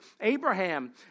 Abraham